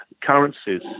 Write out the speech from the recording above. currencies